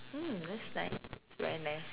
mm that's nice very nice